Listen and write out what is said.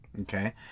Okay